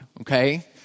okay